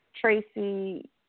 Tracy